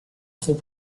trop